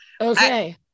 okay